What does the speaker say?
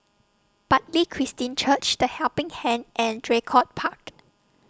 Bartley Christian Church The Helping Hand and Draycott Park